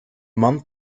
month